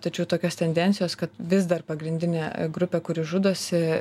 tačiau tokios tendencijos kad vis dar pagrindinė grupė kuri žudosi